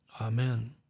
Amen